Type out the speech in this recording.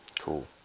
cool